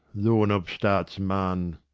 though an upstart's man.